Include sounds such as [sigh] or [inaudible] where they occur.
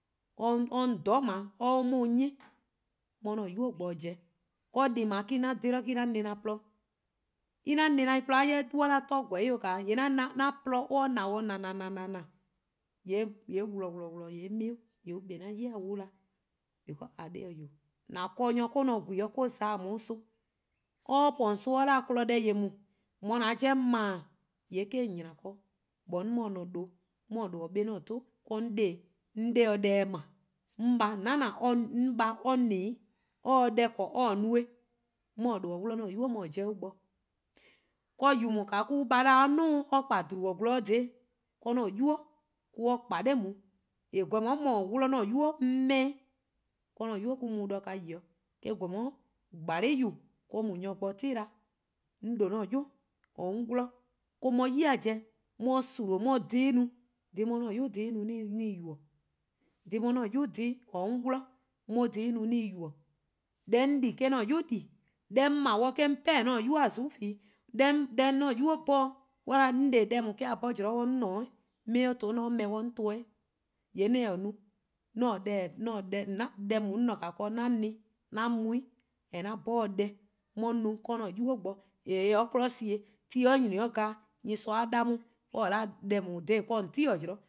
[hesitation] or 'ye 'on :dhororn' :dao' 'nyi, 'on 'ye 'an-a 'nynuu: bo-dih pobo:. Deh :daa me-: :mor 'on :dhe-dih 'an na-dih :porluh-dih, :me-: 'an na-dih :porluh, :mor 'on 'da glu gor 'o [hesitation] :mor an :poeluh na-dih :na :na [hesitation] :yee' :bleh :bleh :yee 'mii 'kpa 'de 'on 'yli 'wluh 'da 'weh, because :eh :korn dhih :eh, :an 'ble nyor or-: ne :gwiele' :or za-dih :on son-' :wehbeheh:, :mor or po :on son bo or 'da 'kpon deh :yeh :daa 'dih :on 'ye 'an 'jeh bo 'kpa 'o, :yee' eh-: :on :nyna ken-dih, jorwor: 'mor :on :ne-a :due', 'mor :ne-a :due' :or 'bla-a 'an tou' 'on 'de or 'dhe-dih, 'on 'de or se deh 'ble, 'on :baa or :dhe-dih :naa :naa, 'on :baa' or ne, or se deh 'ble or 'ye no, 'mor :duh' :or 'wluh-a 'an 'nynuu' 'mor :due pobo 'o on 'bhun-dih. :yeh :dao' mo-: on :baa' 'da or 'duo: 'o or 'kpa dha :dhlubor: :gwlor dha :daa, 'an-a' 'nynuu: mo-: or kpa 'de nao' eh gweh :ka 'on ;mor :or 'wluh-a 'nynuu: 'on 'meh, 'an 'nynuu: mor :an mu de-ka' yi-' :eh gweh :ka 'yu 'sluh or-: mu nnyor bo 'ti 'da, 'yu :or 'on 'wluh-a or-: 'on 'ye 'yi-dih pobo: 'on 'ye sunno: on 'ye dhih-' no, dhih 'on 'ye 'an 'yu dhih no [hesitation] 'on se-ih yubo:, dhih 'on 'ye 'an-a' 'yu dhih, 'an 'yu 'on 'wluh-a dhih-' 'on 'ye or dhih no 'on se-eh yubo:. Deh 'on 'di-a eh-: 'an 'yu 'di, deh 'on 'ble-a eh-: 'on peh-ih :an 'nynuu-a :zuku' fees, deh 'an 'nynuu-a 'bhorn-a, :mor on 'da 'on 'de deh :daa eh-: 'a 'bhorn zean' 'o 'on :ne 'o 'on 'ye-eh 'o :to, :mor 'on 'ble-eh 'on to-eh 'o 'weh, :yee :mor 'on taa-eh no, [hesitation] deh 'on :ne-a ken 'an ne 'an mu-', :yee' 'an 'bhorn-dih deh 'o. n 'ye-a no 'do 'an-a'a: 'nynuu' bo :eh 'ya-a 'kmo :sie: :mor ti 'nyni 'o :glaa'a' :mor nyorsoa' 'da 'on :mor or 'da deh :daa zaen' dha :daa :on 'ye 'ti-dih 'o mor :or